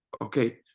okay